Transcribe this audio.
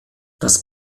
das